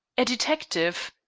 a detective!